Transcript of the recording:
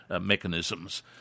mechanisms